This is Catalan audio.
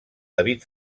david